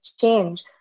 change